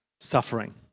suffering